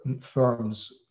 firms